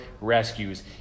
rescues